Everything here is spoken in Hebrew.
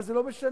אבל זה לא משנה.